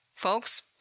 folks